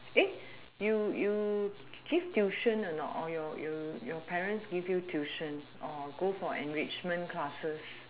you you give tuition or not or your your your parents give you tuition or go for enrichment classes